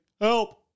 help